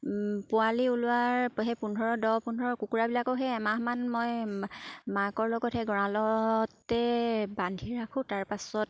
পোৱালি ওলোৱাৰ সেই পোন্ধৰ দহ পোন্ধৰ কুকুৰাবিলাকো সেই এমাহমান মই মাকৰ লগতহে গঁৰালতে বান্ধি ৰাখোঁ তাৰপাছত